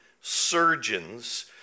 surgeons